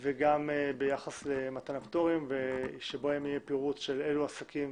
וגם ביחס למתן הפטורים ויהיה לנו פירוט אילו עסקים